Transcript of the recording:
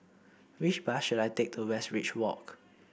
which bus should I take to Westridge Walk